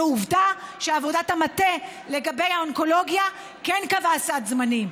ועובדה שעבודת המטה לגבי האונקולוגיה כן קבעה סד זמנים,